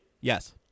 Yes